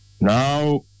Now